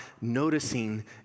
noticing